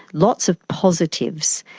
lots of positives.